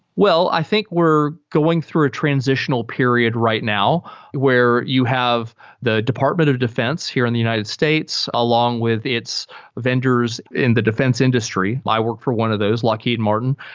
well, i think we're going through a transitional period right now where you have the department of defense here in the united states, along with its vendors in the defense industry. i worked for one of those lockheed martin.